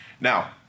Now